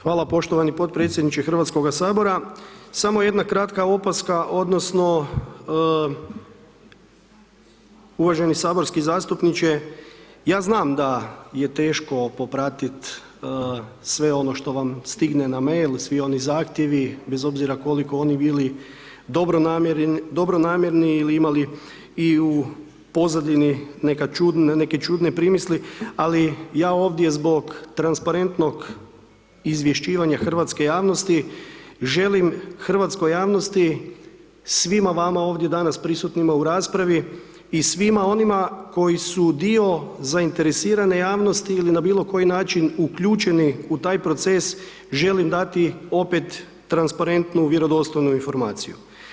Hvala poštovani podpredsjedniče Hrvatskoga sabora, samo jedna kratka opaska odnosno uvaženi saborski zastupniče, ja znam da je teško popratit sve ono što vam stigne na mail, svi oni zahtjevi bez obzira koliko oni bili dobronamjerni ili imali i u pozadini neka, neke čudne primisli ali ja ovdje zbog transparentnog izvješćivanja hrvatske javnosti želim hrvatskoj javnosti, svima vama ovdje danas prisutnima u raspravi i svima onima koji su dio zainteresirane javnosti ili na bilo koji način uključeni u taj proces želim dati opet transparentnu, vjerodostojnu informaciju.